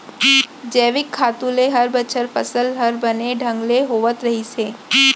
जैविक खातू ले हर बछर फसल हर बने ढंग ले होवत रहिस हे